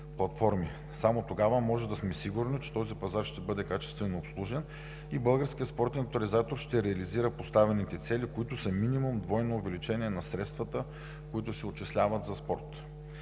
Само тогава можем да сме сигурни, че този пазар ще бъде качествено обслужен и Българският спортен тотализатор ще реализира поставените цели, които са минимум двойно увеличение на средствата, които се отчисляват за спорт.